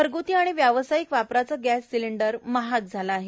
घरग्ती आणि व्यावसायिक वापराचं गॅस सिलेंडर महाग झालं आहे